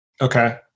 Okay